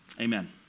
Amen